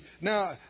Now